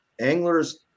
anglers